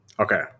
okay